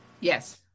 Yes